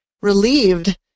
relieved